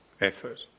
effort